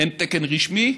שאין תקן רשמי,